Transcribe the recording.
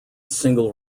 single